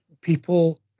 people